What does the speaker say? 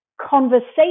conversation